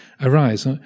arise